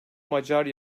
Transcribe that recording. macar